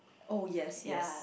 oh yes yes